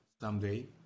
someday